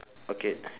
okay